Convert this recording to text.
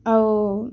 ଆଉ